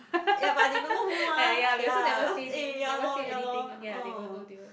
ya but they don't know who mah ya eh ya lor ya lor orh